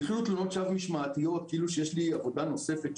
התחילו תלונות שווא משמעתיות כאילו יש לי עבודה נוספת,